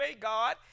God